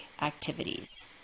activities